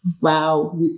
wow